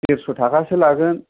देरस' थाखासे लागोन